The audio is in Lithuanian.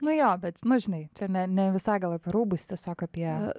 nu jo bet žinai čia ne ne visai gal apie rūbus tiesiog apie